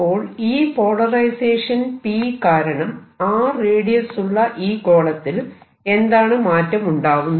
അപ്പോൾ ഈ polarisation P കാരണം R റേഡിയസ് ഉള്ള ഈ ഗോളത്തിൽ എന്താണ് മാറ്റമുണ്ടാവുന്നത്